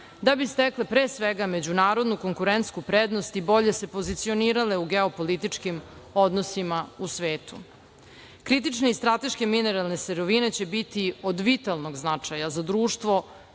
da bi stekle međunarodnu konkurentsku prednost i bolje se pozicionirale u geopolitičkim odnosima u svetu. Kritične i strateške mineralne sirovine će biti od vitalnog značaja za društvo